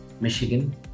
Michigan